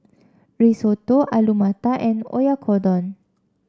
Risotto Alu Matar and Oyakodon